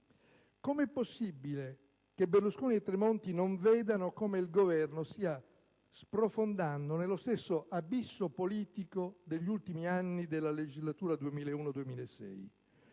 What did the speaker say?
Come è possibile che Berlusconi e Tremonti non vedano come il Governo stia sprofondando nello stesso abisso politico degli ultimi anni della legislatura 2001-2006?